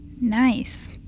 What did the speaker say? nice